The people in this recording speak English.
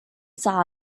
saw